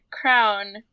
crown